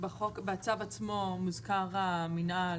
בצו עצמו מוזכר המינהל